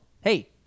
hey